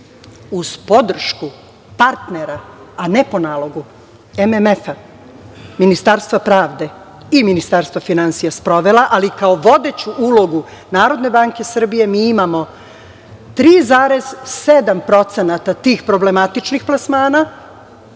uz podršku partnera, a ne po nalogu MMF, Ministarstva pravde i Ministarstva finansija sprovela, ali kao vodeću ulogu NBS, mi imamo 3,7% tih problematičnih plasmana,